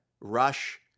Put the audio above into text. rush